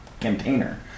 container